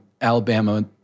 Alabama